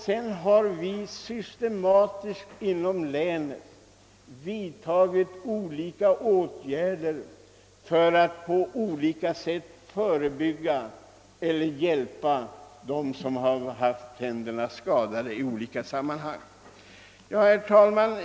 Sedan denna tid har vi inom länet systematiskt vidtagit åtgärder för att på alla sätt förebygga tandrötan och hjälpa dem som haft skadade tänder. Herr talman!